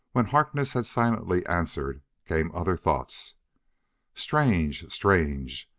when harkness had silently answered, came other thoughts strange! strange!